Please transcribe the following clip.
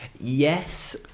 Yes